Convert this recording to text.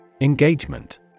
Engagement